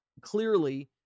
Clearly